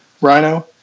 Rhino